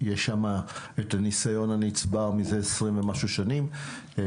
יש שם ניסיון נצבר של 20 ומשהו שנים.